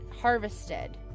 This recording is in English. harvested